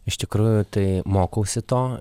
iš tikrųjų tai mokausi to